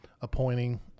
appointing